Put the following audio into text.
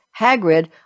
Hagrid